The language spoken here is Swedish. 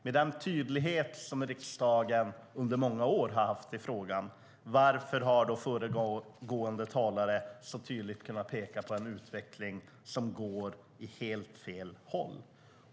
Med den tydlighet som riksdagen under många år har haft i frågan, varför har föregående talare så tydligt kunnat peka på en utveckling som går åt helt fel håll?